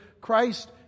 Christ